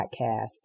podcast